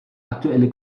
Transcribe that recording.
aktuelle